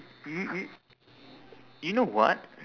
y~ y~ you know what